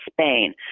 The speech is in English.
Spain